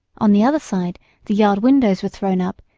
on the other side the yard windows were thrown up,